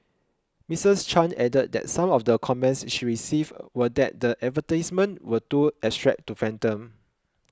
Mrs Chan added that some of the comments she received were that the advertisements were too abstract to fathom